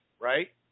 right